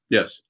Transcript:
Yes